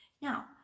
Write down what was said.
now